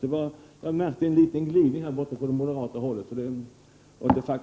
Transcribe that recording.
Det märktes en sådan glidning på det moderata hållet.